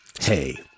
hey